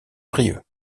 brieuc